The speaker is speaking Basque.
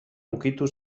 ukitu